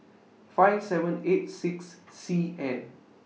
five seven eight six C N